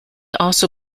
also